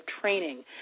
training